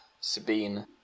Sabine